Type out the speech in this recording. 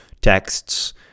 texts